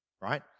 right